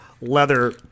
leather